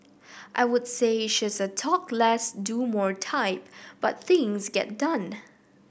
I would say she's a talk less do more type but things get done